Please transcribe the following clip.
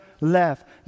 left